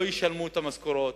לא ישלמו את המשכורות,